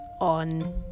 on